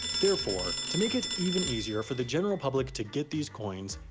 therefore, to make it even easier for the general public to get these coins,